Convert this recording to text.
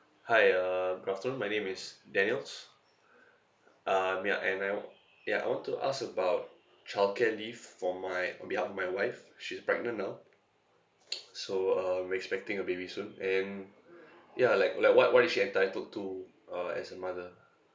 hi uh good afternoon my name is daniels uh may I and I w~ ya I want to ask about childcare leave for my on behalf of my wife she's pregnant now so uh we're expecting a baby soon and ya like like what what is she entitled to uh as a mother